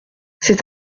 c’est